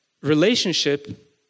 Relationship